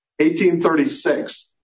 1836